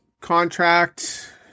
contract